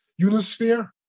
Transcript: Unisphere